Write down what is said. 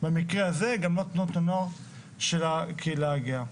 במקרה הזה גם לא תנועות הנוער של הקהילה הגאה.